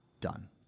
done